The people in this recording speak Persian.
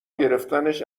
گرفتنش